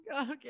Okay